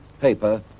paper